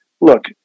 look